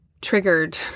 Triggered